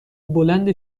بلند